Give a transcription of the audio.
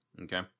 Okay